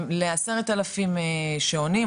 לעשרת אלפים שעונים,